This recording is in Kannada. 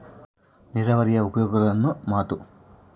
ನೇರಾವರಿಯ ಉಪಯೋಗಗಳನ್ನು ಮತ್ತು?